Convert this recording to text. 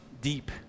deep